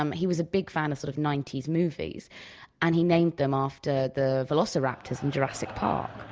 um he was a big fan of sort of ninety s movies and he named them after the velociraptors in jurassic park.